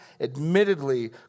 admittedly